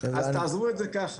אז תעזבו את זה ככה.